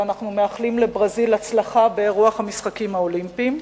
ואנחנו מאחלים לברזיל הצלחה באירוח המשחקים האולימפיים,